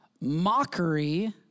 mockery